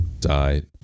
died